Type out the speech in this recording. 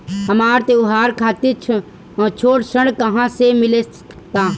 हमरा त्योहार खातिर छोट ऋण कहाँ से मिल सकता?